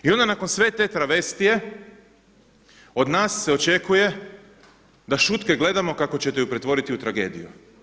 I onda nakon sve te travestije od nas se očekuje da šutke gledamo kako ćete ju pretvoriti u tragediju.